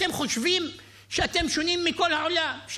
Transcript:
אתם חושבים שאתם שונים מכל העולם,